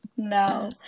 No